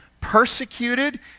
persecuted